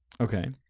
Okay